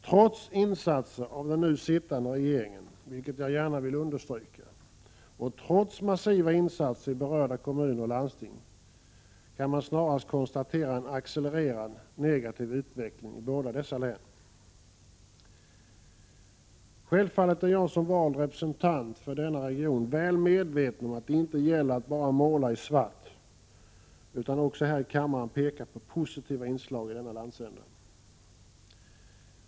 Trots insatser från den nu sittande regeringen — vilket jag gärna vill understryka — och trots massiva insatser i berörda kommuner och landsting kan man snarast konstatera en accelererad negativ utveckling i båda dessa län. Självfallet är jag som vald representant för denna region väl medveten om att det gäller att inte bara måla i svart utan att också här i kammaren peka på positiva inslag i denna landsända.